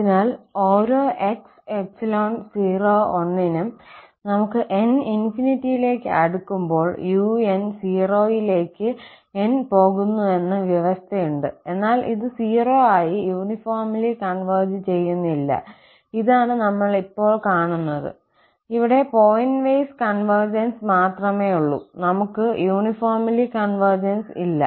അതിനാൽ ഓരോ 𝑥∈01 നും നമുക് n ലേക്ക് അടുക്കുമ്പോൾ un0ലേക്ക് n പോകുന്നുവെന്ന വ്യവസ്ഥയുണ്ട് എന്നാൽ ഇത് 0 ആയി യൂണിഫോംലി കോൺവെർജ് ചെയ്യുന്നില്ല ഇതാണ് നമ്മൾ ഇപ്പോൾ കാണുന്നത് ഇവിടെ പോയിന്റ് വൈസ് കൺവെർജൻസ് മാത്രമേയുള്ളൂ നമ്മൾക്ക് യൂണിഫോംലി കൺവെർജൻസ് ഇല്ല